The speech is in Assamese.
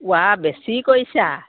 ওৱা বেছি কৰিছা